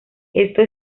esto